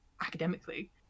academically